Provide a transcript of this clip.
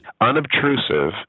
Unobtrusive